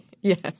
Yes